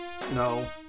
No